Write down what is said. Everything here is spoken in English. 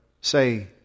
say